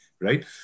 right